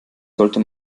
sollte